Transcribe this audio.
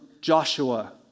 Joshua